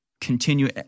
continue